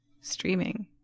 Streaming